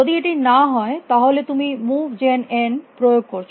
যদি এটি না হয় তাহলে তুমি মুভ জেন n প্রয়োগ করছ